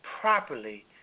properly